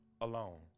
alone